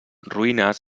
ruïnes